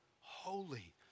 holy